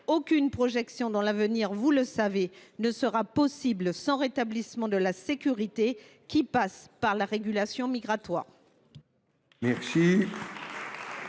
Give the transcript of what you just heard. Aucune projection dans l’avenir, vous le savez, ne sera possible sans le rétablissement de la sécurité, qui passe par la régulation migratoire.